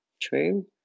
true